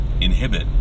inhibit